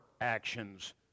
actions